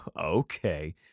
okay